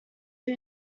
who